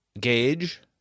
Gauge